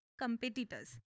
competitors